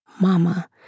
Mama